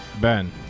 Ben